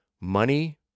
Money